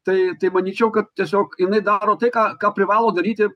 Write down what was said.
tai tai manyčiau kad tiesiog jinai daro tai ką ką privalo daryti